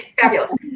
Fabulous